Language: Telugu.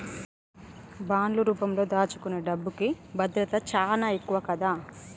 బాండ్లు రూపంలో దాచుకునే డబ్బుకి భద్రత చానా ఎక్కువ గదా